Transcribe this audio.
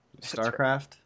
Starcraft